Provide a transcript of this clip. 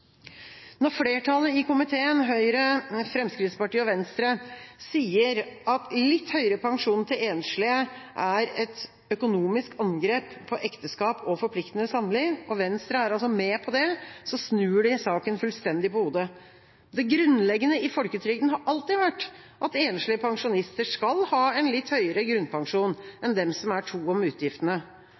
Når flertallet i komiteen, Høyre, Fremskrittspartiet og Venstre, sier at litt høyere pensjon til enslige er et økonomisk angrep på ekteskap og forpliktende samliv – og Venstre er altså med på det – så snur de saken fullstendig på hodet. Det grunnleggende i folketrygden har alltid vært at enslige pensjonister skal ha en litt høyere grunnpensjon enn dem som er to om utgiftene.